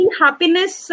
happiness